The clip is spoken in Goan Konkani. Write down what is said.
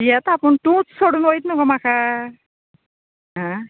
येता पूण तूंच सोडून वयता न्हू गो म्हाका आं